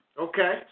Okay